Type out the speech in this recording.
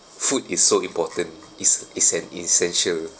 food is so important is a is an essential